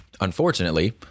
Unfortunately